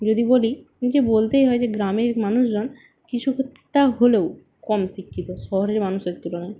যদি বলি যে বলতেই হয় যে গ্রামের মানুষজন কিছুটা হলেও কম শিক্ষিত শহরের মানুষের তুলনায়